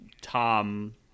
Tom